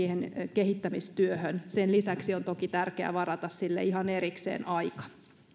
kehittämistyöhön sen lisäksi on toki tärkeää varata sille ihan erikseen aika